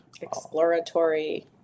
Exploratory